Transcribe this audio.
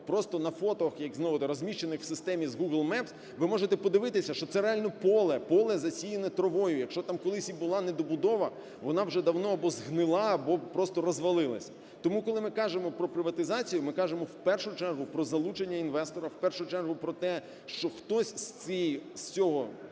просто на фото, знову-таки розміщених в системіGoogle Maps, ви можете подивитися, що це реально поле, поле, засіяне травою. Якщо там колись і була недобудова, вона вже давно або згнила, або просто розвалилась. Тому, коли ми кажемо про приватизацію, ми кажемо в першу чергу про залучення інвестора, в першу чергу про те, що хтось з цього,